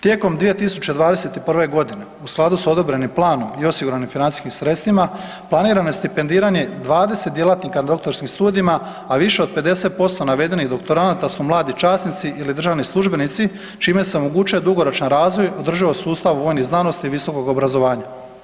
Tijekom 2021. g. u skladu sa odobrenim planom i osiguranim financijskim sredstvima, planirano je stipendiranje 20 djelatnika na doktorskim studijima a više od 50% navedenih doktoranata su mladi časnici ili državni službenici čime se omogućuje dugoročni razvoj, održivost sustava vojnih znanosti i visokog obrazovanja.